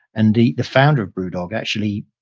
and the the founder of brewdog actually